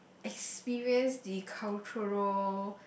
experience the cultural